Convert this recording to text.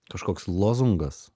kažkoks lozungas